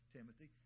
Timothy